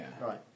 Right